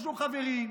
שהוא חברי,